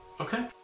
Okay